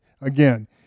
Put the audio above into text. again